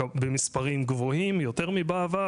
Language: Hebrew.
במספרים גבוהים יותר מבעבר,